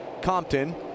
Compton